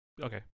Okay